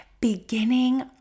beginning